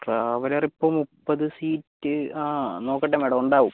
traveller ഇപ്പോൾ മുപ്പത് seat ആ നോക്കട്ടെ മാഡം ഉണ്ടാവും